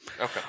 Okay